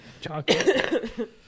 chocolate